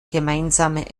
gemeinsame